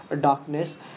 darkness